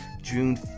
June